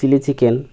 chili chicken